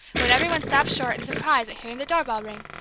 when every one stopped short in surprise at hearing the doorbell ring.